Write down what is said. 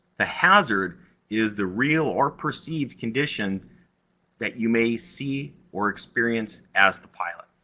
the hazard is the real or perceived condition that you may see or experience as the pilot.